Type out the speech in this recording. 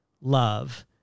love